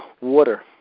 Water